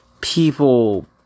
people